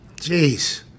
Jeez